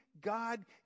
God